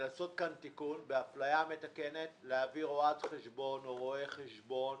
לעשות כאן תיקון באפליה מתקנת ולהביא רואת חשבון או רואה חשבון